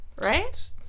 Right